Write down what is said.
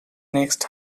next